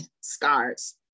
scars